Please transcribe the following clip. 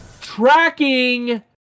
Tracking